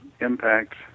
impacts